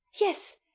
yes